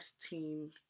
team